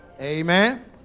Amen